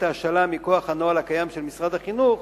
ההשאלה מכוח הנוהל הקיים של משרד החינוך,